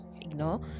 ignore